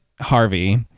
Harvey